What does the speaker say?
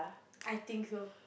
I think so